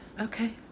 okay